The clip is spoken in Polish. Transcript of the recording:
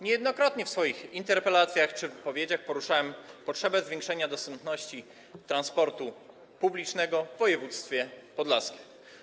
Niejednokrotnie w swoich interpelacjach czy wypowiedziach poruszałem potrzebę zwiększenia dostępności transportu publicznego w województwie podlaskim.